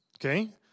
Okay